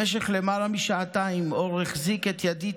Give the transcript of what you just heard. במשך למעלה משעתיים אור החזיק את ידית